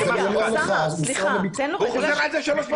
אני אמרתי דברים ברורים,